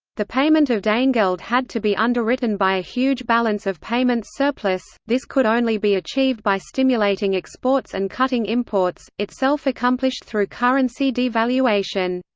the payment of danegeld had to be underwritten by a huge balance of payments surplus this could only be achieved by stimulating exports and cutting imports, itself accomplished through currency devaluation.